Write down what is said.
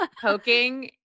Poking